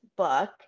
book